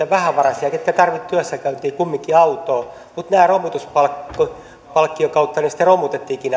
vähävaraisia jotka tarvitsevat työssäkäyntiin kumminkin autoa mutta romutuspalkkion kautta sitten romutettiinkin